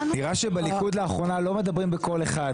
נראה שבליכוד לאחרונה לא מדברים בקול אחד,